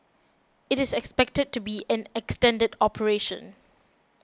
it is expected to be an extended operation